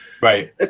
right